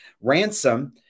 Ransom